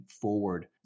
forward